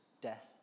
death